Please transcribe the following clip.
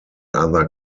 other